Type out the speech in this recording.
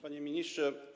Panie Ministrze!